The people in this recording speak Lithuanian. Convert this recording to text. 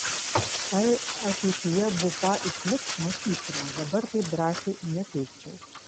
ar ateityje bupa išliks matysime dabar taip drąsiai neteigčiau